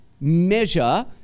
measure